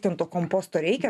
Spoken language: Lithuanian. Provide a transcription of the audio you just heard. ten to komposto reikia